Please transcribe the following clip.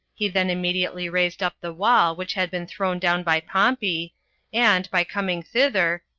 he then immediately raised up the wall which had been thrown down by pompey and, by coming thither,